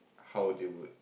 how they would